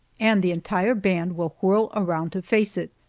and the entire band will whirl around to face it,